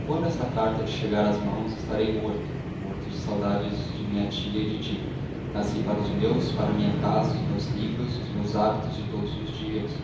quando esta carta te chegar às mãos estarei morto morto de saudades de minha tia e de ti nasci para os meus para minha casa para os meus livros os meus hábitos de todos os dias